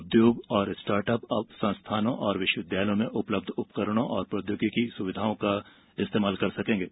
उद्योग और र्स्टाटअप अब संस्थानों और विश्वविद्यालयों में उपलब्ध उपकरणों और प्रौद्योगिकी सुविधाओं का इस्तेमाल कर सकेंगे